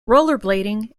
rollerblading